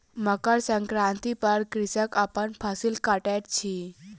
मकर संक्रांति पर कृषक अपन फसिल कटैत अछि